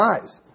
eyes